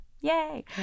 Yay